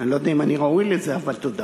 אני לא יודע אם אני ראוי לזה, אבל תודה.